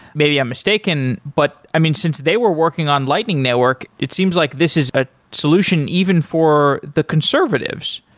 maybe i'm mistaken, but, i, mean since they were working on lightning network, it seems like this is ah solution even for the conservatives.